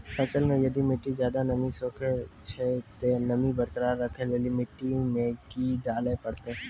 फसल मे यदि मिट्टी ज्यादा नमी सोखे छै ते नमी बरकरार रखे लेली मिट्टी मे की डाले परतै?